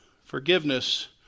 Forgiveness